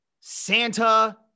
Santa